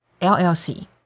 LLC